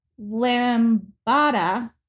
lambada